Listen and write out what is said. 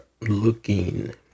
looking